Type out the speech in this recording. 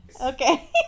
Okay